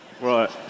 Right